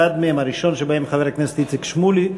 אחד מהם, הראשון שבהם, חבר הכנסת איציק שמולי.